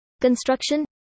construction